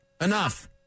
Enough